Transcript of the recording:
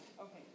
Okay